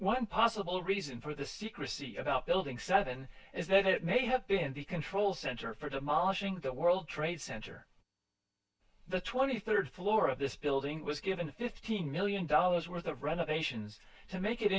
one possible reason for the secrecy about building seven is that it may have been the control center for demolishing the world trade center the twenty third floor of this building was given a fifteen million dollars worth of renovations to make it